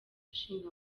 ishinga